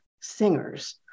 singers